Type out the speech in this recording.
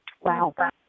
wow